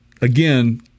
again